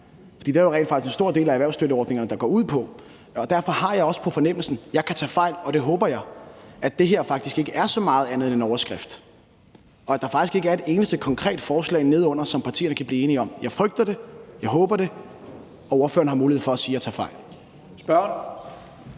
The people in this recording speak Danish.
er der jo rent faktisk en stor del af erhvervsstøtteordningerne der går ud på. Derfor har jeg også på fornemmelsen – jeg kan tage fejl, og det håber jeg at jeg gør – at det faktisk ikke er så meget andet end overskrifter, og at der faktisk ikke er et eneste konkret forslag nedenunder, som partierne kan blive enige om. Jeg frygter det. Jeg håber, at jeg tager fejl, og ordføreren har mulighed for at sige det. Kl. 10:33